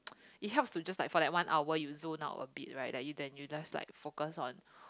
it helps to just like for that one hour you zone out a bit right like you then you just like focus on